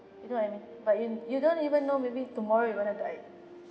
you know what I mean but you you don't even know maybe tomorrow you gonna die